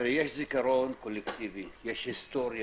יש זיכרון קולקטיבי, יש היסטוריה.